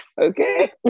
Okay